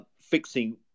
fixing